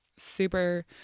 super